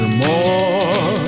more